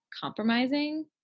compromising